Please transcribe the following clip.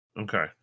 Okay